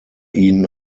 ihnen